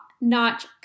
notch